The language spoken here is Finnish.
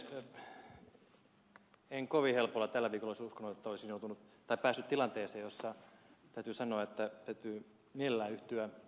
en kovin helpolla tällä viikolla olisi uskonut että olisin päässyt tilanteeseen jossa täytyy sanoa että täytyy mielellään yhtyä ed